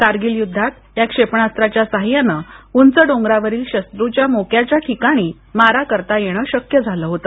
कारगील युद्धात या क्षेपणास्त्राच्या साह्याने उंच डोंगरावरील शस्त्रच्या मोक्याच्या ठिकाणी मारा करता येणे शक्य झाले होते